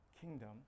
kingdom